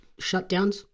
shutdowns